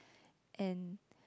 and